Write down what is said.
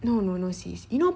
no no no sis you know